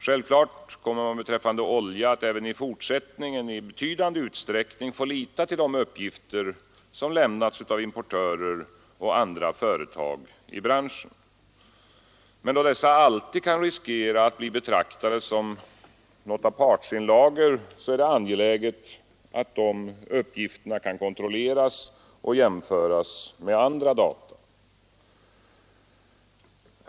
Självklart kommer vi beträffande olja att även i fortsättningen i betydande utsträckning få lita till de uppgifter som lämnas av importörer och andra företag i branschen. Men då dessa uppgifter alltid riskerar att bli betraktade som något av partsinlagor är det angeläget att de uppgifterna kan kontrolleras och jämföras med andra data.